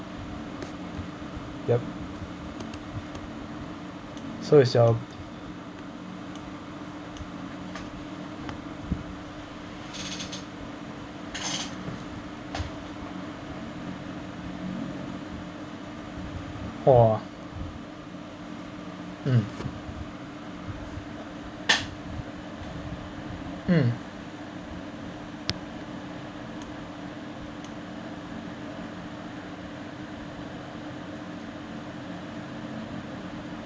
yup so it's your !wah! mm mm